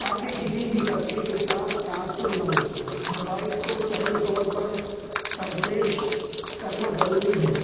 تا کہ کسی بھی طبقے کے ساتھ تعصب نہ ہو حقائق کو صحیح طور پر پر پیش کرنا ضروری ہے